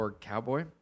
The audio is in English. cowboy